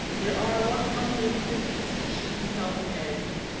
there are one hundred and fifty species in south america,